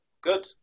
Good